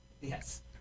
Yes